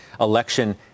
election